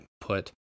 put